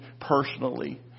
personally